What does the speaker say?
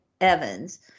Evans